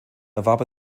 erwarb